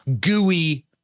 gooey